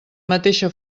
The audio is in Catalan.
mateixa